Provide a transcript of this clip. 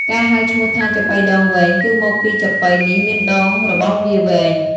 ការហៅឈ្មោះថា ចាប៉ីដងវែង គឺមកពីចាប៉ីនេះមានដងរបស់វាវែង។